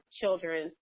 children